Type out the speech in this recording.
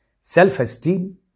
self-esteem